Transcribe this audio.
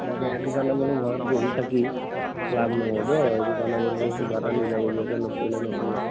এনেকে সেইটো কাৰণে বোলো ঘৰত বহি থাকি লাভ নহ'ব সেইটো কাৰণে বোলো কিবা এটা নিজাববীয়াকৈ কৰিলে নহ'ব